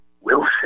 Wilson